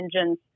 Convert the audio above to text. engines